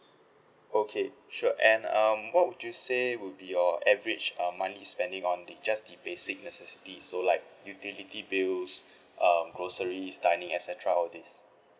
okay sure and um what would you say would be your average uh monthly spending on the just the basic necessities so like utility bills uh groceries dining et cetera all this